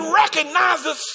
recognizes